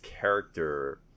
character